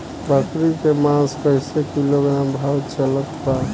बकरी के मांस कईसे किलोग्राम भाव चलत बा?